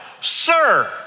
sir